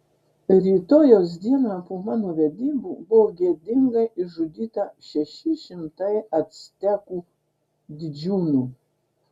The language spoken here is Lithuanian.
rytojaus dieną po mano vedybų buvo gėdingai išžudyta šeši šimtai actekų didžiūnų